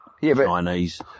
Chinese